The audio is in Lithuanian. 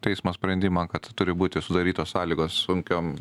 teismo sprendimą kad turi būti sudarytos sąlygos sunkiom